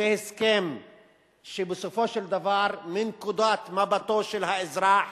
זה הסכם שבסופו של דבר, מנקודת מבטו של האזרח,